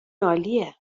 عالیه